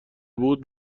بود